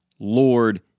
Lord